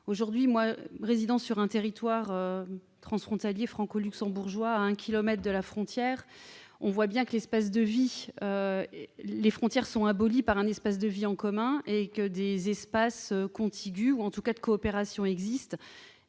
transfrontalières. Résidant sur un territoire transfrontalier franco-luxembourgeois, à un kilomètre de la frontière, je constate que les frontières sont abolies par un espace de vie en commun. Des espaces contigus ou, en tout cas, de coopération existent